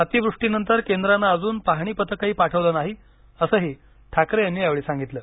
अतिवृष्टीनंतर केंद्रानं अजून पाहणी पथकही पाठवलं नाही असंही ठाकरे यांनी यावेळी सांगितलं